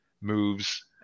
moves